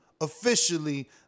officially